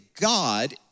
God